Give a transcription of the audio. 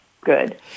good